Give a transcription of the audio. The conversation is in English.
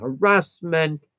harassment